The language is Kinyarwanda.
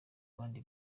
abandi